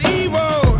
evil